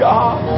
God